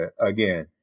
again